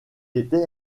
était